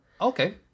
Okay